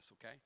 Okay